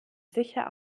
sicher